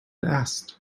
asked